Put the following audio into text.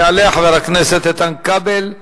יעלה חבר הכנסת איתן כבל,